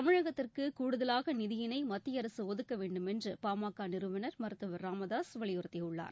தமிழகத்திற்கு கூடுதவாக நிதியினை மத்திய அரசு ஒதுக்க வேண்டும் என்று பாமக நிறுவனர் மருத்துவர் ச ராமதாக வலியுறுத்தியுள்ளார்